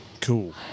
cool